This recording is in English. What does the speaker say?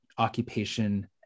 occupation